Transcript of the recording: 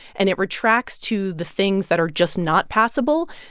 and it retracts to the things that are just not passable.